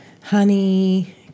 honey